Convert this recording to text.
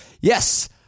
Yes